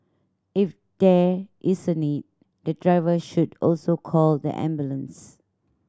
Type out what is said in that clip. if there is a need the driver should also call the ambulance